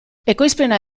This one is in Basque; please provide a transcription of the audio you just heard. ekoizpena